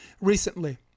recently